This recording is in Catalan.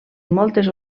moltes